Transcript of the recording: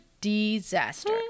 disaster